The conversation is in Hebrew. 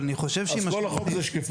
אבל אני חושב שהיא --- אז כל החוק זה שקיפות?